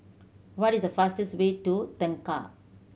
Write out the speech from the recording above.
what is the fastest way to Tengah